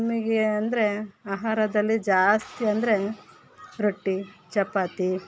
ನಮಗೆ ಅಂದರೆ ಆಹಾರದಲ್ಲಿ ಜಾಸ್ತಿ ಅಂದರೆ ರೊಟ್ಟಿ ಚಪಾತಿ